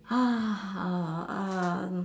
ha